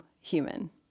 human